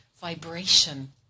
vibration